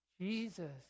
Jesus